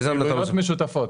פעילויות משותפות.